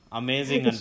amazing